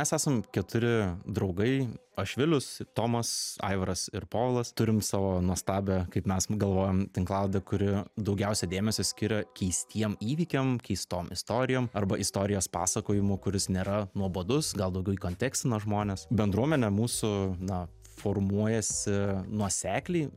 mes esam keturi draugai aš vilius tomas aivaras ir povilas turim savo nuostabią kaip mes galvojam tinklalaidę kuri daugiausia dėmesio skiria keistiem įvykiam keistom istorijom arba istorijos pasakojimu kuris nėra nuobodus gal daugiau įkontekstina žmones bendruomenė mūsų na formuojasi nuosekliai